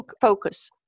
focus